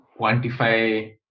quantify